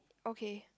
okay